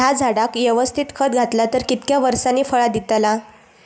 हया झाडाक यवस्तित खत घातला तर कितक्या वरसांनी फळा दीताला?